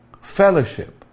Fellowship